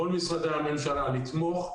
כל משרדי הממשלה לתמוך,